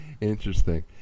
Interesting